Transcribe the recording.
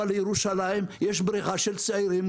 אבל בירושלים יש בריחה של צעירים,